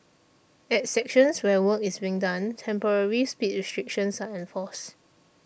at sections where work is being done temporary speed restrictions are enforced